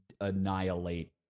annihilate